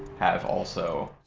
have also.